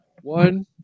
One